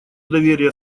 доверие